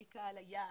מי קהל היעד,